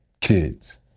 kids